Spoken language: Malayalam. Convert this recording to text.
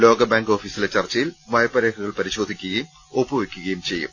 ലോകബാങ്ക് ഓഫീസിലെ ചർച്ചയിൽ വായ്പാരേ ഖകൾ പരിശോധിക്കുകയും ഒപ്പുവയ്ക്കുകയും ചെയ്യും